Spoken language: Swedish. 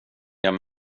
jag